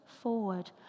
forward